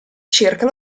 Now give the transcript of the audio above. circa